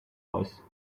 wars